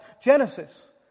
Genesis